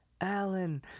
Alan